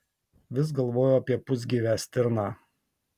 vis galvojau apie pusgyvę stirną